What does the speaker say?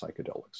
psychedelics